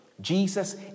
Jesus